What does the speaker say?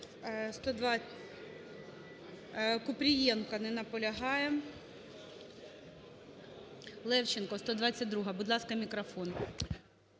Купрієнко. Не наполягає. Левченко, 112-а. Будь ласка, мікрофон.